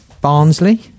Barnsley